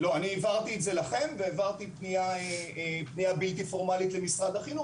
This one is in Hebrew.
אני העברתי את זה לכם ופנייה בלתי-פורמלית למשרד החינוך.